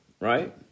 right